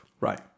right